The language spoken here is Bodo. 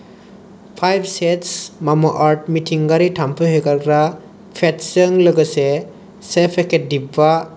फाइभ सेटस मामाआर्थ मिथिंगायारि थामफै होखारग्रा पेट्चजों लोगोसे से पेकेट दिभा